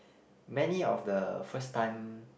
many of the first time